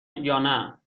یانه